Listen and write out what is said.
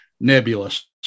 nebulous